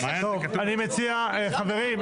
טוב, אני מציע, חברים.